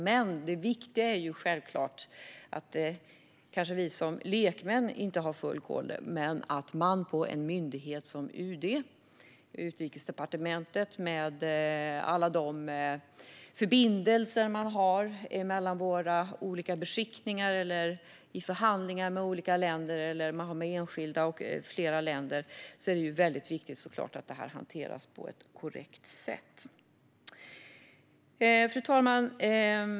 Men även om vi som lekmän kanske inte har full koll är det självklart viktigt att man på en myndighet som Utrikesdepartementet, med alla de förbindelser som man har mellan våra olika beskickningar, i förhandlingar med olika länder eller med enskilda och flera länder, hanterar detta på ett korrekt sätt. Fru talman!